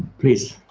please.